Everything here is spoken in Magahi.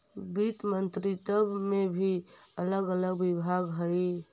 वित्त मंत्रित्व में भी अलग अलग विभाग हई